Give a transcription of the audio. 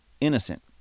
innocent